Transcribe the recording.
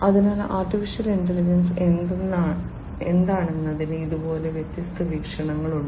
അതിനാൽ AI എന്താണെന്നതിന് ഇതുപോലെ വ്യത്യസ്ത വീക്ഷണങ്ങളുണ്ട്